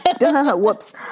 whoops